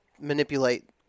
manipulate